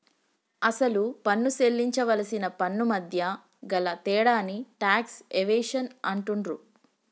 అసలు పన్ను సేల్లించవలసిన పన్నుమధ్య గల తేడాని టాక్స్ ఎవేషన్ అంటుండ్రు